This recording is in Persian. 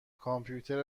کامپیوتر